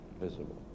visible